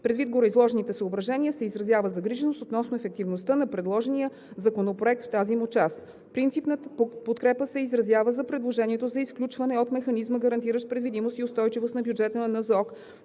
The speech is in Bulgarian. Предвид гореизложените съображения се изразява загриженост относно ефективността на предложения законопроект в тази му част. Принципна подкрепа се изразява за предложението за изключване от механизма, гарантиращ предвидимост и устойчивост на бюджета на НЗОК,